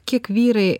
kiek vyrai